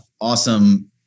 awesome